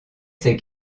ces